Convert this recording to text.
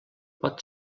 pot